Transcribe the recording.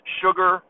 sugar